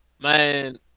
Man